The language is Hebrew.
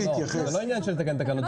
זה לא עניין של להתקין תקנות,